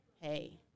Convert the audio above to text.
hey